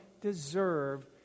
deserve